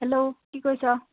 hello কি কৰিছ